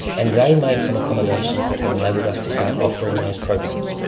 and they made some accommodations that have enabled us to start offering those programs,